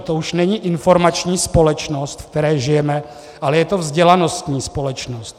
To už není informační společnost, ve které žijeme, ale je to vzdělanostní společnost.